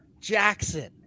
Jackson